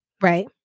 right